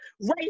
right